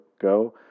go